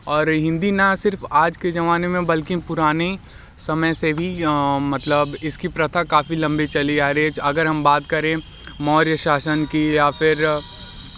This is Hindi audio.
और हिंदी ना सिर्फ़ आज के ज़माने में बल्कि पुराने समय से भी मतलब इसकी प्रथा काफ़ी लंबी चली है आ रही है अगर हम बात करें मौर्य शासन की या फ़िर